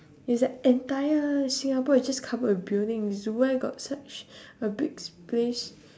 is the entire singapore is just covered with buildings where got such a big space